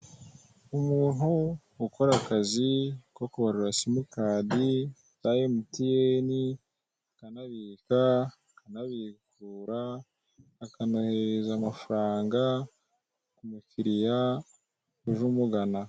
Umuntu ukora akazi ko kubarura simikadi za emutiyene akanabika, akanabikura, akanohereza amafaranga umukiriya uje umugana.